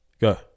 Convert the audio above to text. go